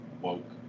woke